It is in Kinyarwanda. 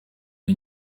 iyo